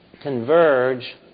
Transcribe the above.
converge